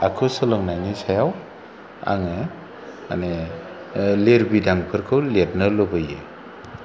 आखु सोलोंनायनि सायाव आङो माने लिरबिदांफोरखौ लिरनो लुबैयो